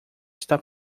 está